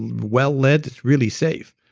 well lit, it's really safe.